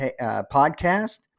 podcast